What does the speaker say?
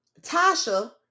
tasha